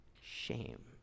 shame